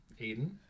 Aiden